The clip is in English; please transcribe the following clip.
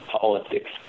politics